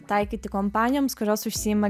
taikyti kompanijoms kurios užsiima